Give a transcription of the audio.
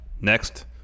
Next